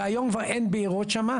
והיום אין בערות שם.